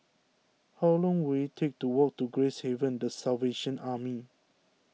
how long will it take to walk to Gracehaven the Salvation Army